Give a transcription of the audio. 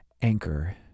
Anchor